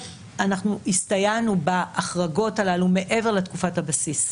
הסתייענו בהחרגות הללו מעבר לתקופת הבסיס.